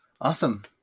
Awesome